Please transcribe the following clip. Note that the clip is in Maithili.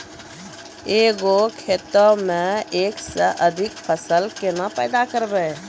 एक गो खेतो मे एक से अधिक फसल केना पैदा करबै?